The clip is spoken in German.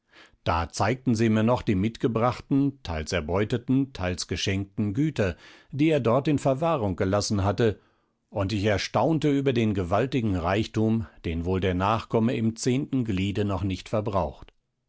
da zeigten sie mir noch die mitgebrachten teils erbeuteten teils geschenkten güter die er dort in verwahrung gelassen hatte und ich erstaunte über den gewaltigen reichtum den wohl der nachkomme im zehnten gliede noch nicht verbraucht